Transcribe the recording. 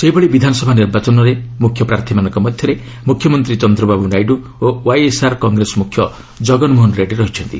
ସେହିଭଳି ବିଧାନସଭା ନିର୍ବାଚନରେ ମୁଖ୍ୟ ପ୍ରାର୍ଥୀମାନଙ୍କ ମଧ୍ୟରେ ମୁଖ୍ୟମନ୍ତ୍ରୀ ଚନ୍ଦ୍ରବାବୁ ନାଇଡୁ ଓ ୱାଇଏସ୍ଆର୍ କଂଗ୍ରେସ ମୁଖ୍ୟ ଜଗନମୋହନ ରେଡ଼ୁୀ ରହିଛନ୍ତି